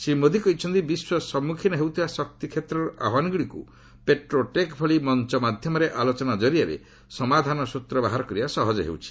ଶ୍ରୀ ମୋଦି କହିଛନ୍ତି ବିଶ୍ୱ ସମ୍ମୁଖୀନ ହେଉଥିବା ଶକ୍ତି କ୍ଷେତ୍ରର ଆହ୍ୱାନଗୁଡ଼ିକୁ ପେଟ୍ରୋଟେକ୍ ଭଳି ମଞ୍ଚ ମାଧ୍ୟମରେ ଆଲୋଚନା କରିଆରେ ସମାଧାନର ସୂତ୍ର ବାହାର କରିବା ସହଜ ହେଉଛି